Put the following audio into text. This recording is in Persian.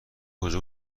کجا